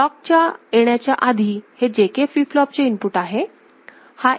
clock येण्याच्या आधी हे J K फ्लिप फ्लॉप चे इनपुट आहेत